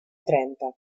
trenta